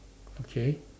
okay